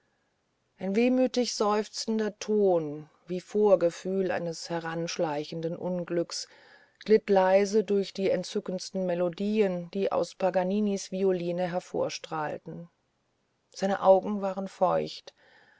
ein wehmütig seufzender ton wie vorgefühl eines heranschleichenden unglücks glitt leise durch die entzücktesten melodien die aus paganinis violine hervorstrahlten seine augen werden feucht